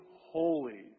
holy